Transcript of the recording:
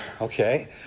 Okay